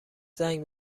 زنگ